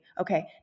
okay